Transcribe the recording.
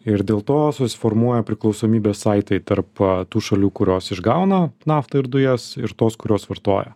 ir dėl to susiformuoja priklausomybės saitai tarp tų šalių kurios išgauna naftą ir dujas ir tos kurios vartoja